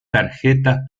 tarjetas